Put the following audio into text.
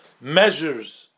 measures